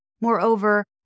Moreover